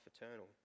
eternal